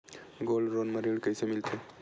Gold loan म ऋण कइसे मिलथे?